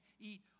eat